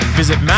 visit